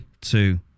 two